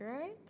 right